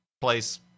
place